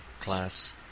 class